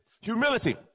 Humility